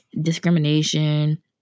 discrimination